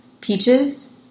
peaches